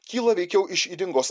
kyla veikiau iš ydingos